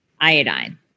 iodine